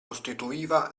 costituiva